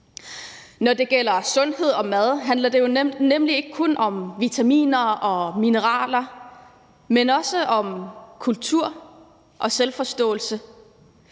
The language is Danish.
Når det gælder sundhed og mad, handler det jo nemlig ikke kun om vitaminer og mineraler, men også om kultur og selvforståelse,